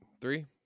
Three